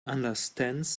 understands